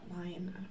line